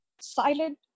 silent